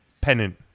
pennant